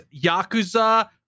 yakuza